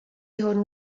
hwn